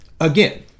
again